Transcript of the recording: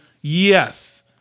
Yes